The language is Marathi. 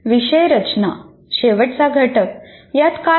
विषय रचना शेवटचा घटक यात काय आहे